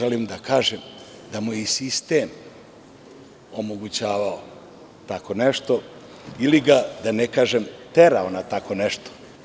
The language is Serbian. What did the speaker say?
Želim da kažem da mu je i sistem omogućavao tako nešto ili ga da ne kažem terao na tako nešto.